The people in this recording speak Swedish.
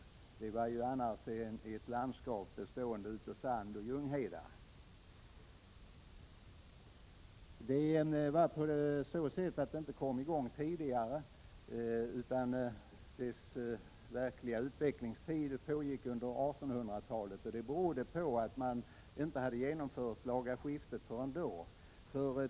Halland var ju i övrigt ett landskap av sandoch ljunghedar. Utvecklingstiden för detta slags gödsling var 1800-talet, och det berodde på att laga skiftet inte var genomfört förrän då.